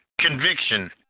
conviction